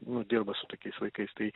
nu dirba su tokiais vaikais tai